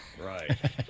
Right